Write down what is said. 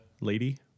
lady